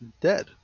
dead